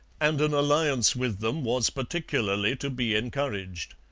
and an alliance with them was particularly to be encouraged.